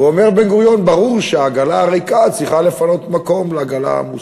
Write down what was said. ואומר בן-גוריון: ברור שהעגלה הריקה צריכה לפנות מקום לעגלה העמוסה.